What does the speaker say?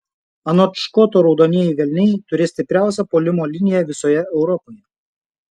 anot škoto raudonieji velniai turės stipriausią puolimo liniją visoje europoje